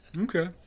Okay